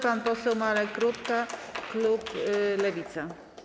Pan poseł Marek Rutka, klub Lewica.